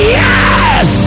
yes